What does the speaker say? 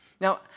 Now